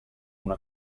una